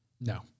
No